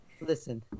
Listen